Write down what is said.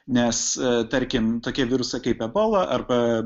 nes tarkim tokie virusai kaip ebola arba